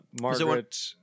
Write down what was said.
Margaret